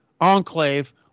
enclave